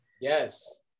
Yes